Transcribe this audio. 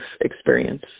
experience